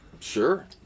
sure